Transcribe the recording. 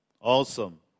Awesome